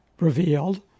revealed